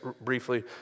briefly